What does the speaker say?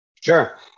Sure